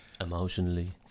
Emotionally